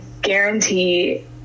guarantee